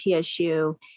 TSU